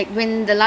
mm